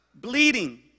Bleeding